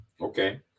okay